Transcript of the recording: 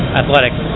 athletics